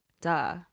Duh